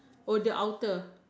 oh the outer